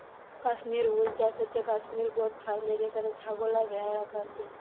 Kashmir wool চাষ হচ্ছে Kashmir goat ফার্মে যেখানে ছাগল আর ভ্যাড়া রাখা হইছে